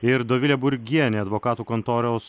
ir dovilė burgienė advokatų kontoros